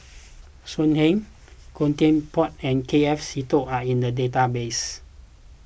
So Heng Khoo Teck Puat and K F Seetoh are in the database